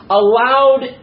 allowed